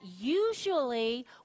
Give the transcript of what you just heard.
usually